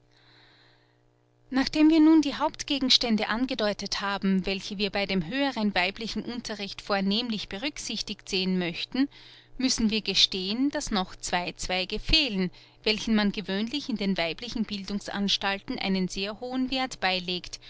nachdem wir nun die hauptgegenstände angedeutet haben welche wir bei dem höheren weiblichen unterricht vornehmlich berücksichtigt sehen möchten müssen wir gestehen daß noch zwei zweige fehlen welchen man gewöhnlich in den weiblichen bildungsanstalten einen sehr hohen werth beilegt